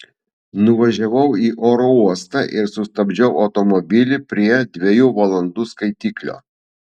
nuvažiavau į oro uostą ir sustabdžiau automobilį prie dviejų valandų skaitiklio